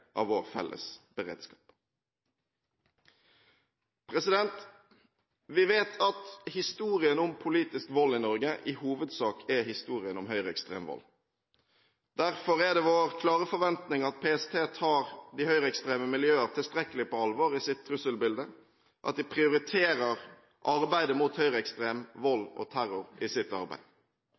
av vår felles beredskap. Vi vet at historien om politisk vold i Norge i hovedsak er historien om høyreekstrem vold. Derfor er det vår klare forventning at PST tar de høyreekstreme miljøer tilstrekkelig på alvor i sitt trusselbilde, og at de prioriterer arbeidet mot høyreekstrem vold og terror i sitt arbeid. Det er en samlet komité som retter kritikk mot PSTs arbeid,